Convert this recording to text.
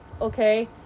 okay